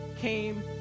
came